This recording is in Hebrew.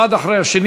האחד אחרי השני.